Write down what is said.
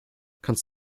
kannst